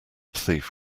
thief